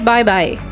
Bye-bye